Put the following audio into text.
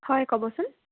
হয় ক'বচোন